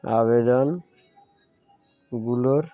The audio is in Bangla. আবেদনগুলোর